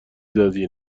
دادی